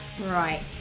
right